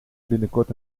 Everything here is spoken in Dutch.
binnenkort